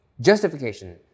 justification